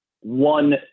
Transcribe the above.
one